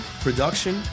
production